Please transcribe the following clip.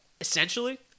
Essentially